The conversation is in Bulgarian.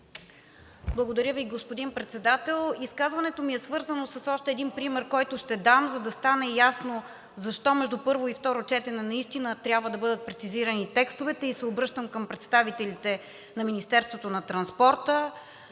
Благодаря Ви, господин Председател. Изказването ми е свързано с още един пример, който ще дам, за да стане ясно защо между първо и второ четене наистина трябва да бъдат прецизирани текстовете и се обръщам към представителите на Министерството на транспорта,